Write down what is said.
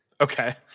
Okay